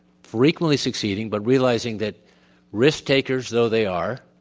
frequently succeeding, but realizing that risk takers though they are,